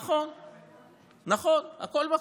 נכון, נכון, הכול מכור.